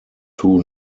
two